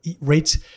rates